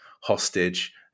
hostage